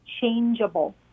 changeable